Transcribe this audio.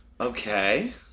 Okay